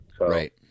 Right